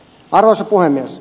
arvoisa puhemies